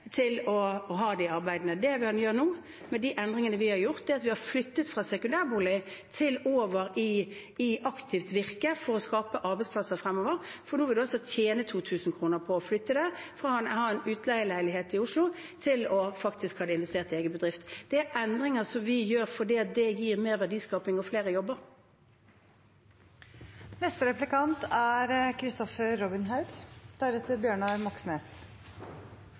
til å ha det i arbeidende kapital. Det vi gjør nå, med de endringene vi har gjort, er at vi har flyttet fra sekundærbolig over til aktivt virke for å skape arbeidsplasser framover. Nå vil man altså tjene 2 000 kr på å flytte det fra å ha en utleieleilighet i Oslo til faktisk å ha det investert i egen bedrift. Det er endringer vi gjør fordi det gir mer verdiskaping og flere